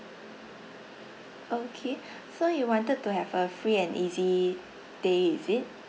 okay so you wanted to have a free and easy day it